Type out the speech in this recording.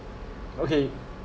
okay